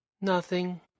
Nothing